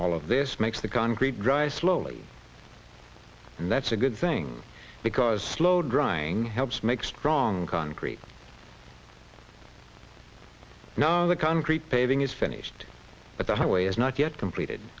all of this makes the concrete dry slowly and that's a good thing because slow drying helps make strong concrete now the concrete paving is finished but the highway is not yet completed